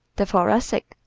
the thoracics,